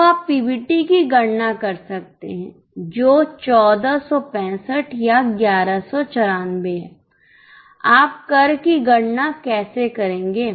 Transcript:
तो आप पीबीटी की गणना कर सकते हैं जो 1465 या 1194 है आप कर की गणना कैसे करेंगे